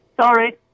Sorry